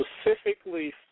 specifically